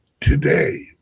today